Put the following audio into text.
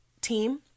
team